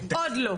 עוד לא.